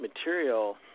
material